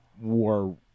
war